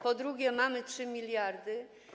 Po drugie, mamy 3 mld.